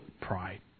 pride